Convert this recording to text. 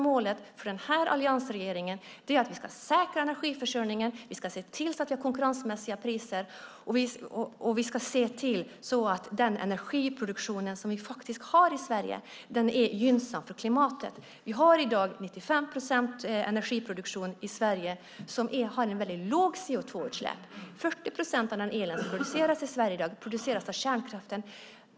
Målet för den här alliansregeringen är att säkra energiförsörjningen, se till att det blir konkurrensmässiga priser och se till att den energiproduktion vi faktiskt har i Sverige är gynnsam för klimatet. 95 procent av dagens energiproduktion har ett lågt CO2-utsläpp. 40 procent av den el som produceras i Sverige i dag produceras av kärnkraften.